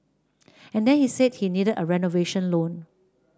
and then he said he needed a renovation loan